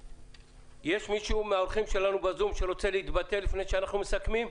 יש מי מהאורחים שלנו בזום שרוצה להתבטא לפני שאנחנו מסכמים?